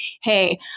hey